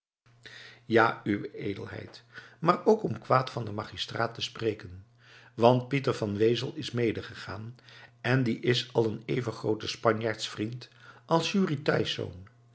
ja uwe edelheid maar ook om kwaad van den magistraat te spreken want pieter van wezel is medegegaan en die is al een even groote spanjaardsvriend als jurrie thijsz